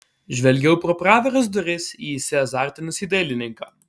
žvelgiau pro praviras duris į įsiazartinusį dailininką